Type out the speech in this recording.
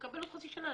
תקבל עוד חצי שנה.